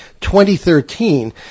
2013